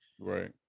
Right